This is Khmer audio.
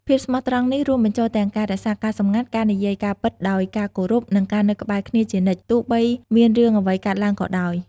ភាពស្មោះត្រង់នេះរាប់បញ្ចូលទាំងការរក្សាការសម្ងាត់ ការនិយាយការពិតដោយការគោរព និងការនៅក្បែរគ្នាជានិច្ច ទោះបីមានរឿងអ្វីកើតឡើងក៏ដោយ។